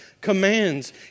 commands